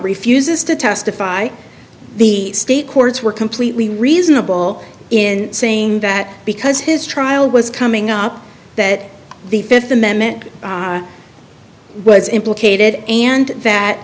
refuses to testify the state courts were completely reasonable in saying that because his trial was coming up that the fifth amendment was implicated and that